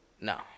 No